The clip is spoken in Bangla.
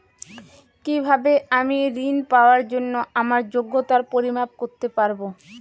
কিভাবে আমি ঋন পাওয়ার জন্য আমার যোগ্যতার পরিমাপ করতে পারব?